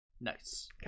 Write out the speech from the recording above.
nice